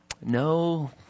no